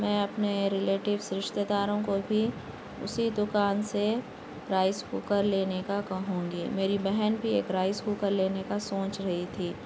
میں اپنے ریلیٹوس رشتہ داروں کو بھی اسی دکان سے رائس کوکر لینے کا کہوں گی میری بہن بھی ایک رائس کوکر لینے کا سوچ رہی تھی